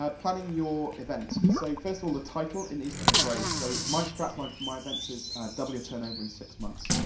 um planning your event. so, first of all, the title, it needs to be brave. so, my strap line for my events is double your turnover in six months.